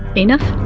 enough?